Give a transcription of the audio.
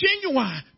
Genuine